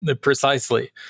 Precisely